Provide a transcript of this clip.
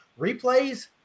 replays